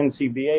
NCBA